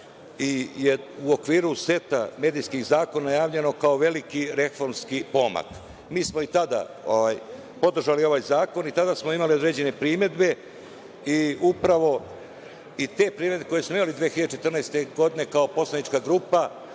je u okviru seta medijskih zakona najavljeno kao veliki reformski pomak. Mi smo i tada podržali ovaj zakon i tada smo imali određene primedbe. Upravo te primedbe koje smo imali 2014. godine kao poslanička grupa,